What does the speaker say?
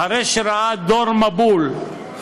אחרי שראה דור מבול,